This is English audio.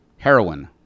Heroin